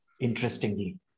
interestingly